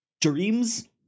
dreams